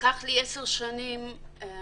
לקח לי 10 שנים עד